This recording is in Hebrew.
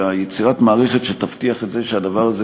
ויצירת מערכת שתבטיח את זה שהדבר הזה